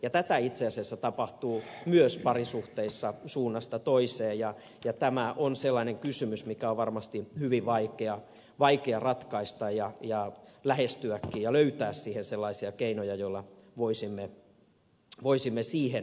tätä itse asiassa tapahtuu myös parisuhteissa suunnasta toiseen ja tämä on sellainen kysymys mitä on varmasti hyvin vaikea ratkaista ja lähestyäkin ja löytää siihen sellaisia keinoja joilla voisimme siihen puuttua